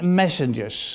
messengers